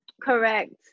Correct